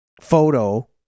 photo